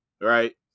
right